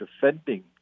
defending